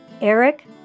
Eric